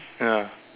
ya